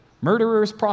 murderers